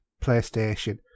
PlayStation